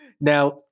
Now